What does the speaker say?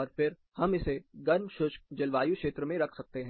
और फिर हम इसे गर्म शुष्क जलवायु क्षेत्र में रख सकते हैं